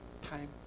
time